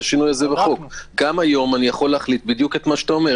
גם היום אני יכול להחליט בדיוק מה שאתה אומר.